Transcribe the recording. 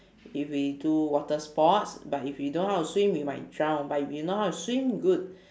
if we do water sports but if we don't know how to swim we might drown but if you know how to swim good